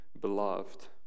beloved